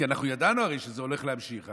כי אנחנו ידענו הרי שזה הולך להמשיך,